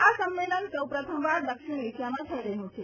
આ સંમેલન સૌ પ્રથમવાર દક્ષિણ એશિયામાં થઈ રહ્યું છે